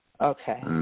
Okay